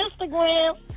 Instagram